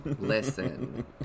listen